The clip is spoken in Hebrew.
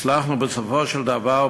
הצלחנו בסופו של דבר,